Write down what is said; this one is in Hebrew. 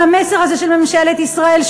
מהמסר הזה של ממשלת ישראל,